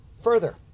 Further